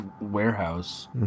warehouse